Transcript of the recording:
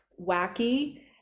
wacky